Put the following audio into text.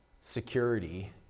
security